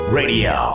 radio